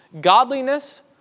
godliness